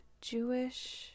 Jewish